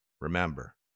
remember